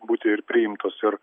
būti ir priimtos ir